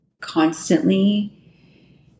constantly